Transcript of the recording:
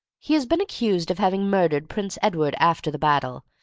he has been accused of having murdered prince edward after the battle,